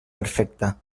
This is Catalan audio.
perfecte